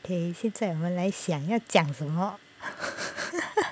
okay 现在我们来想要讲什么